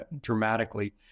dramatically